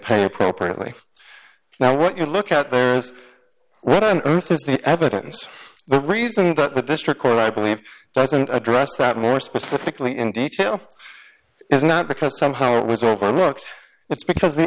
pay appropriately now what you look at there is what on earth is the evidence the reason that the district court i believe doesn't address that more specifically in detail is not because somehow it was overlooked it's because the